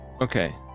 Okay